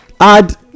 add